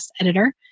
editor